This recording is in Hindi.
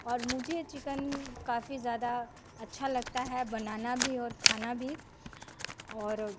और मुझे चिकन काफी ज्यादा अच्छा लगता है बनाना भी और खाना भी और